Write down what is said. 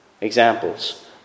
examples